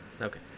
Okay